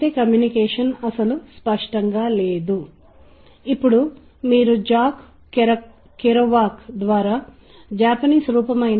ఇది స్వరము యొక్క అధిక స్థాయి లేదా తక్కువ స్థాయి స్వర పౌనఃపున్య తరంగము